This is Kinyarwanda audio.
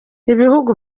ibihugu